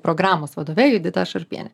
programos vadove judita šarpiene